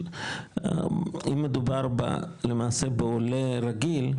וגם אם מדובר בעולה רגיל,